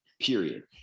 period